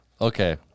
Okay